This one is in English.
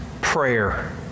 prayer